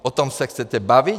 O tom se chcete bavit?